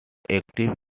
active